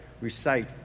recite